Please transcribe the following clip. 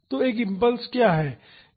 तो एक इम्पल्स क्या है